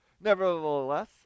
Nevertheless